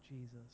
Jesus